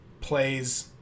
plays